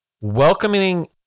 welcoming